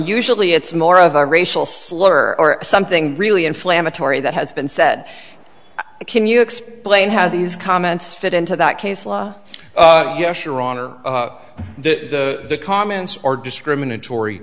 usually it's more of a racial slur or something really inflammatory that has been said can you explain how these comments fit into that case law yes your honor the comments are discriminatory